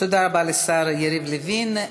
תודה רבה לשר יריב לוין.